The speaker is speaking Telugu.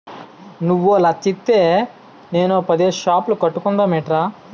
నువ్వో లచ్చిత్తే నేనో పదేసి సాపులు కట్టుకుందమేట్రా